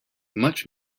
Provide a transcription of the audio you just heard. much